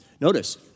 Notice